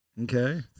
Okay